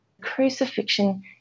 Crucifixion